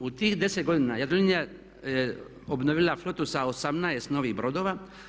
U tih 10 godina Jadrolinija je obnovila flotu sa 18 novih brodova.